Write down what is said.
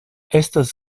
estas